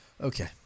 Okay